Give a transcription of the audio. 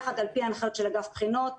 יחד על פי הנחיות שלאגף בחינות,